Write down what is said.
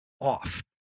off